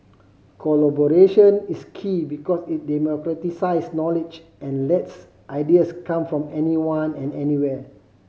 collaboration is key because it knowledge and lets ideas come from anyone and anywhere